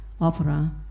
opera